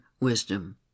wisdom